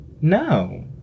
No